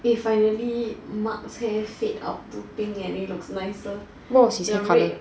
finally mark say stay out to picnic it looks nicer